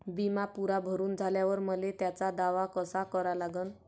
बिमा पुरा भरून झाल्यावर मले त्याचा दावा कसा करा लागन?